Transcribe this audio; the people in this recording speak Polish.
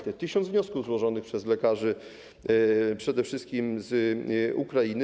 To 1 tys. wniosków złożonych przez lekarzy, przede wszystkim z Ukrainy.